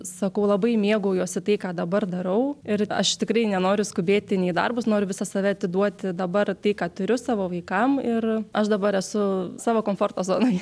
sakau labai mėgaujuosi tai ką dabar darau ir aš tikrai nenoriu skubėti nei į darbus noriu visą save atiduoti dabar tai ką turiu savo vaikam ir aš dabar esu savo komforto zonoj